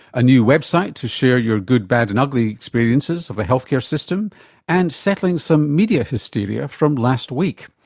a new website to share your good, bad and ugly experiences of a health care system and settling some media hysteria from last week.